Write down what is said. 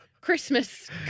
Christmas